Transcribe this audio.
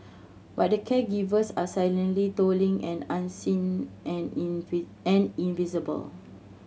but the caregivers are silently toiling and unseen and in an invisible